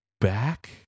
back